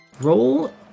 Roll